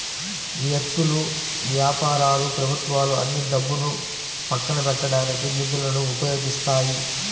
వ్యక్తులు, వ్యాపారాలు ప్రభుత్వాలు అన్నీ డబ్బును పక్కన పెట్టడానికి నిధులను ఉపయోగిస్తాయి